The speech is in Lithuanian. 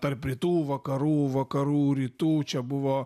tarp rytų vakarų vakarų rytų čia buvo